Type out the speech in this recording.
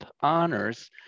honors